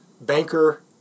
banker